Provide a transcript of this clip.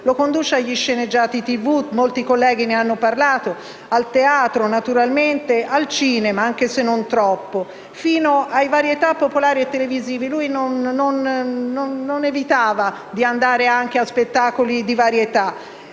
per passare agli sceneggiati televisivi, di cui molti colleghi hanno parlato, al teatro - naturalmente - al cinema - anche se non troppo - fino ai varietà popolari e televisivi. Egli non evitava di andare anche agli spettacoli di varietà,